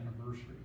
anniversary